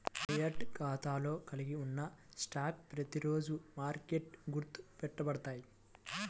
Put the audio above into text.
demat ఖాతాలో కలిగి ఉన్న స్టాక్లు ప్రతిరోజూ మార్కెట్కి గుర్తు పెట్టబడతాయి